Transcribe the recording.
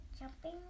Jumping